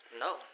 No